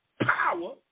power